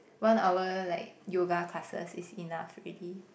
one hour like yoga classes is enough already